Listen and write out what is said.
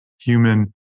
human